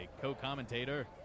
co-commentator